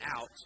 out